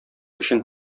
өчен